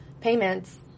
payments